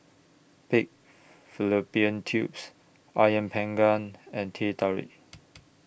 Pig Fallopian Tubes Ayam Panggang and Teh Tarik